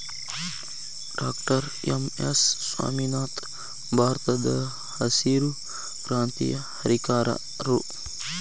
doctor M S Swaminathan ಭಾರತದಹಸಿರು ಕ್ರಾಂತಿಯ ಹರಿಕಾರರು